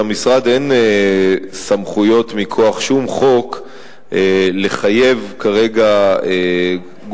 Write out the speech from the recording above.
למשרד אין סמכויות מכוח שום חוק לחייב כרגע גופים,